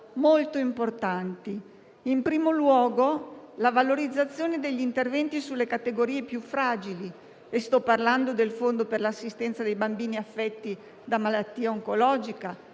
molto importanti. In primo luogo, vi è la valorizzazione degli interventi sulle categorie più fragili, e sto parlando del fondo per l'assistenza dei bambini affetti da malattia oncologica,